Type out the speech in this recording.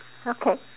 okay